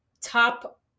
top